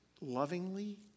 lovingly